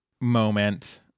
moment